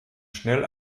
schnell